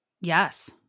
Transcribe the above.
Yes